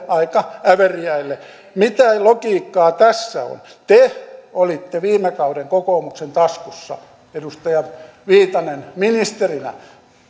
aika äveriäille mitä logiikkaa tässä on te olitte viime kauden kokoomuksen taskussa edustaja viitanen ministerinä